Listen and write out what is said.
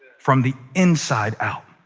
from the inside out.